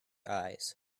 eyes